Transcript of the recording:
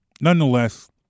nonetheless